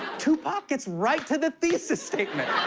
tupac gets right to the thesis statement.